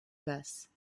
basse